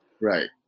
right